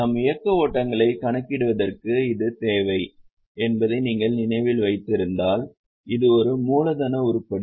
நம் இயக்க ஓட்டங்களைக் கணக்கிடுவதற்கு இது தேவை என்பதை நீங்கள் நினைவில் வைத்திருந்தால் இது ஒரு மூலதன உருப்படி